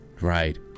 right